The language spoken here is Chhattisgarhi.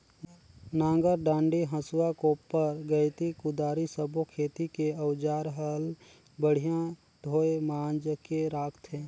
नांगर डांडी, हसुआ, कोप्पर गइती, कुदारी सब्बो खेती के अउजार हल बड़िया धोये मांजके राखथे